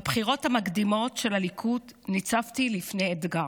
בבחירות המקדימות של הליכוד ניצבתי לפני אתגר: